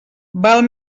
val